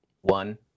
One